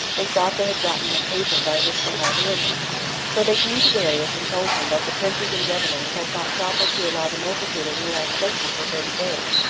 they thought they had gotten an occasion by which they might ruin him so they came to darius and told him that the princes and governors had thought proper to allow the multitude a relaxation for thirty days,